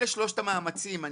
אלה שלושת המאמצים,